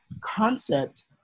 concept